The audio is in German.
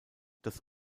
das